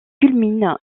culmine